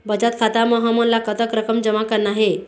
बचत खाता म हमन ला कतक रकम जमा करना हे?